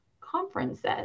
conferences